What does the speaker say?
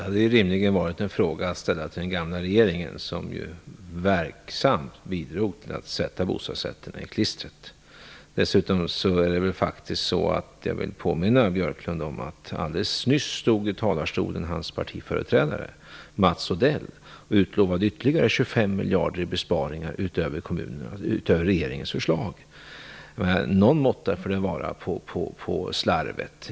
Herr talman! Den frågan borde rimligen ha ställts till den gamla regeringen, som verksamt bidrog till att sätta bostadsrättsföreningarna i klistret. Dessutom vill jag påminna Ulf Björklund om att hans partikamrat Mats Odell alldeles nyss stod i talarstolen och utlovade ytterligare 25 miljarder i besparingar utöver regeringens förslag. Det får vara någon måtta på slarvet.